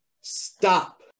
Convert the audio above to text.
Stop